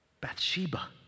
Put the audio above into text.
Bathsheba